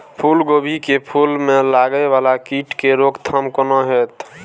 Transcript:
फुल गोभी के फुल में लागे वाला कीट के रोकथाम कौना हैत?